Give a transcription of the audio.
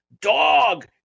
dog